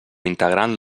integrant